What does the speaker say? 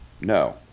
no